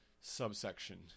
Subsection